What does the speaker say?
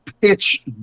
pitch